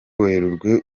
werurwe